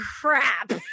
crap